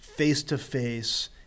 face-to-face